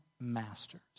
master's